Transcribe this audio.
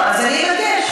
אז אני אבקש.